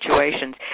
situations